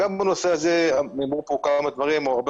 גם בנושא הזה נאמרו כאן כמה דברים או הרבה